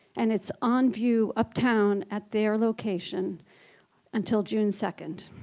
and it's on view uptown at their location until june second.